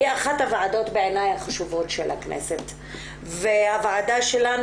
היא אחת הוועדות בעיני החשובות של הכנסת והוועדה שלנו